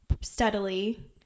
steadily